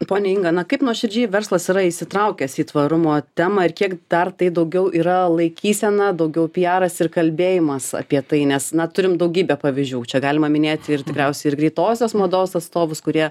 ponia inga na kaip nuoširdžiai verslas yra įsitraukęs į tvarumo temą ir kiek dar tai daugiau yra laikysena daugiau piaras ir kalbėjimas apie tai nes na turim daugybę pavyzdžių čia galima minėti ir tikriausiai ir greitosios mados atstovus kurie